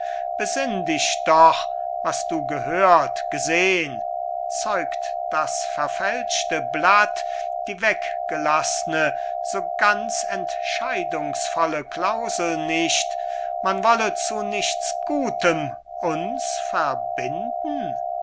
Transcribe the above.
dich doch was du gehört gesehn zeugt das verfälschte blatt die weggelaßne so ganz entscheidungsvolle klausel nicht man wollte zu nichts gutem uns verbinden